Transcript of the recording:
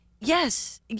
yes—